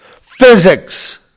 Physics